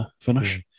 finish